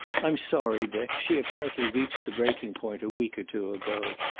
i'm sorry, dick. she apparently reached the breaking point a week or two ago.